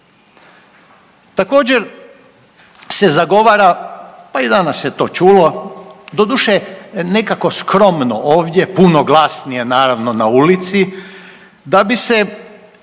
Također se zagovara, pa i danas se to čulo, doduše nekako skromno ovdje, puno glasnije naravno na ulici da bi se